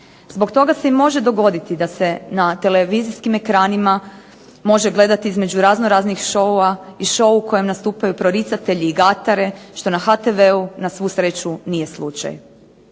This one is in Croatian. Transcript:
Zbog toga se i može dogoditi da se na televizijskim ekranima može gledati između razno raznih šoua i šou na kojem nastupaju proricatelji i gatare, što na HTV-u na svu sreću nije slučaj.